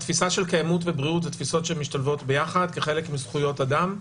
התפיסה של קיימות ובריאות הן תפיסות שמשתלבות ביחד כחלק מזכויות אדם,